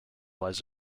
lies